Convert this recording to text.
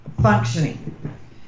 functioning